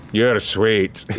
you're ah sweet.